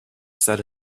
said